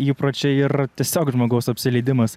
įpročiai ir tiesiog žmogaus apsileidimas